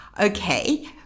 Okay